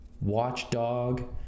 Watchdog